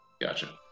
Gotcha